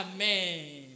Amen